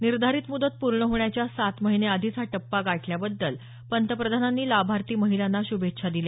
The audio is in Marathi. निर्धारित मुदत पूर्ण होण्याच्या सात महिने आधीच हा टप्पा गाठल्याबद्दल पंतप्रधानांनी लाभार्थी महिलांना श्भेच्छा दिल्या